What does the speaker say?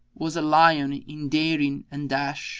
was a lion in daring and dash